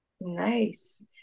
Nice